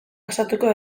pasatuko